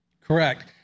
Correct